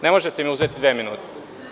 Ne možete mi uzeti dve minute.